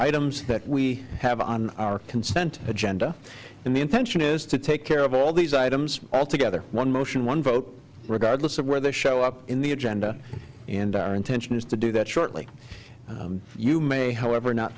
items that we have on our consent agenda and the intention is to take care of all these items all together one motion one vote regardless of where they show up in the agenda and our intention is to do that shortly you may however not